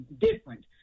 different